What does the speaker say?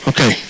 Okay